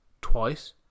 twice